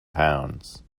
pounds